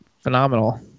phenomenal